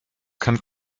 kann